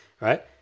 right